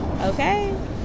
Okay